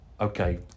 Okay